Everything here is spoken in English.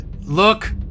look